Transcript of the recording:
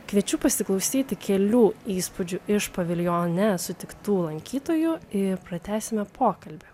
kviečiu pasiklausyti kelių įspūdžių iš paviljone sutiktų lankytojų ir pratęsime pokalbį